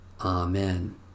Amen